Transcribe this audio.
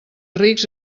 rics